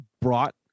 brought